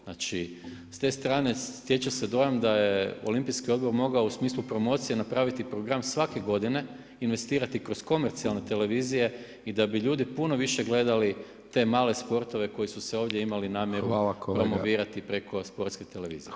Znači, s te strane sječe se dojam, da je Olimpijski odbor mogao u smislu promocije, napraviti program svake g. investirati kroz komercijalne televizije i da bi ljudi puno više gledali te male sportove, koji su se ovdje imali namjeru promovirati preko sportske televizije.